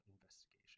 investigation